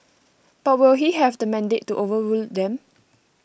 but will he have the mandate to overrule them